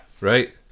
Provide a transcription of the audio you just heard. right